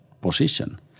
position